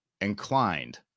Inclined